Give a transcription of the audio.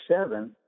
seven